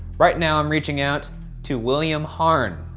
right now, i'm reaching out to william harn.